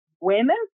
women